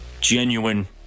genuine